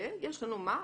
יש לנו מה,